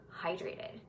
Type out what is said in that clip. hydrated